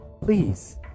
Please